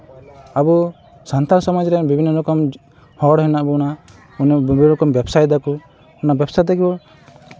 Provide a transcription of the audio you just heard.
ᱟᱵᱚ ᱥᱟᱱᱛᱟᱲ ᱥᱚᱢᱟᱡᱽ ᱨᱮᱭᱟᱜ ᱵᱤᱵᱷᱤᱱᱱᱚ ᱨᱚᱠᱚᱢ ᱦᱚᱲ ᱦᱮᱱᱟᱜ ᱵᱚᱱᱟ ᱢᱟᱱᱮ ᱵᱤᱵᱷᱤᱱᱱᱚ ᱨᱚᱠᱚᱢ ᱵᱮᱵᱽᱥᱟᱭ ᱫᱟᱠᱚ ᱚᱱᱟ ᱵᱮᱵᱽᱥᱟ ᱛᱮᱜᱮ ᱵᱚ